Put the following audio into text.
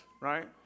right